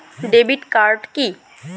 Debit card key?